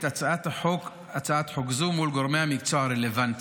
הצעת חוק זו מול גורמי המקצוע הרלוונטיים.